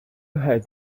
heads